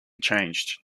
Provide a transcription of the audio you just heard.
changed